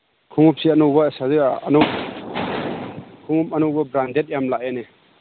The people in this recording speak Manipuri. ꯈꯣꯡꯎꯞꯁꯤ ꯑꯅꯧꯕ ꯈꯣꯡꯎꯞ ꯑꯅꯧꯕ ꯕ꯭ꯔꯥꯟꯗꯦꯠ ꯌꯥꯝ ꯂꯥꯛꯑꯦꯅꯦ